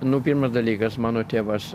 nu pirmas dalykas mano tėvas